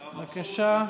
בבקשה.